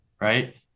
Right